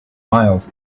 miles